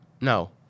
No